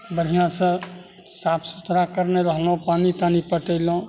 बढ़िआँ सँ साफ सुथरा कयने रहलहुॅं पानि तानी पटेलहुॅं